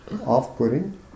off-putting